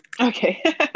okay